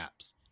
apps